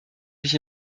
mich